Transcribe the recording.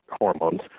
hormones